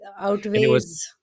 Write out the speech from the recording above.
Outweighs